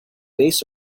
bass